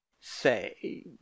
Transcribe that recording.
say